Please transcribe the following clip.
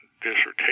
dissertation